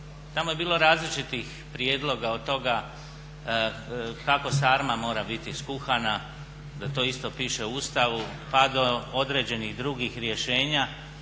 Tamo je bilo različitih prijedloga od toga kako sarma mora biti skuhana da to isto piše u Ustavu pa do određenih drugih rješenja,